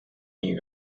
new